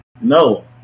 no